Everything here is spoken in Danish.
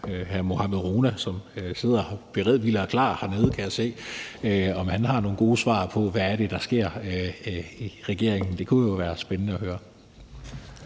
hr. Mohammad Rona, som sidder beredvillig og klar hernede, kan jeg se, har nogle gode svar på, hvad det er, der sker i regeringen. Det kunne jo være spændende at høre.